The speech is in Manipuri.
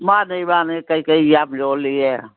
ꯃꯥꯅꯤ ꯃꯥꯅꯤ ꯀꯔꯤ ꯀꯔꯤ ꯌꯥꯝ ꯌꯣꯜꯂꯤꯌꯦ